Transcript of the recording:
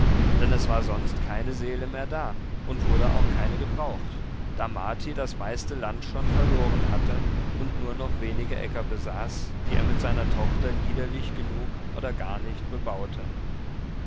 denn es war sonst keine seele mehr da und wurde auch keine gebraucht da marti das meiste land schon verloren hatte und nur noch wenige äcker besaß die er mit seiner tochter liederlich genug oder gar nicht bebaute